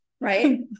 Right